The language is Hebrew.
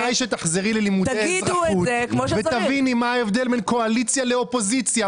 כדאי שתחזרי ללימודי אזרחות ותביני מה ההבדל בין קואליציה לאופוזיציה.